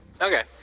Okay